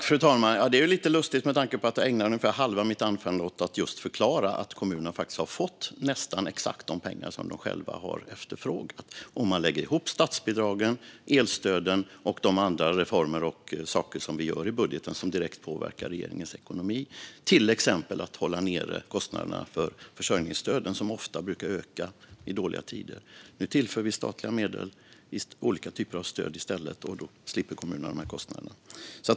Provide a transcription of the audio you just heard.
Fru talman! Detta är lite lustigt med tanke på att jag ägnade ungefär halva mitt anförande åt att just förklara att kommunerna faktiskt har fått nästan exakt de pengar som de själva har efterfrågat. Man kan lägga ihop statsbidragen, elstöden och de andra reformer och saker som vi gör i budgeten, som direkt påverkar regeringens ekonomi. Det handlar till exempel om att hålla nere kostnaderna för försörjningsstöden, som ofta ökar i dåliga tider. Nu tillför vi statliga medel i olika typer av stöd, och då slipper kommunerna dessa kostnader.